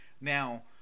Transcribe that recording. Now